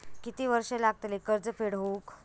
किती वर्षे लागतली कर्ज फेड होऊक?